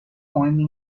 مهمی